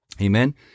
Amen